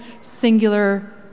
singular